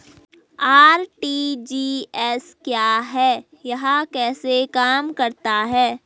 RTGS क्या है यह कैसे काम करता है?